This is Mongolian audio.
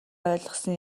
ойлгосон